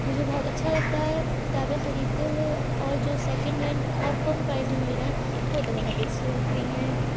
مجھے بہت اچھا لگتا ہے، کتابیں خریدتے ہوئے اور جو سکینڈ ہینڈ اور کم پرائز میں مل جائیں وہ تو بہت ہی اچھی لگتی ہیں